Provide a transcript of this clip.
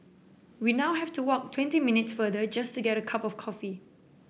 we now have to walk twenty minutes farther just to get a cup of coffee